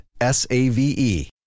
S-A-V-E